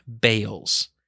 Bales